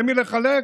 למי לחלק?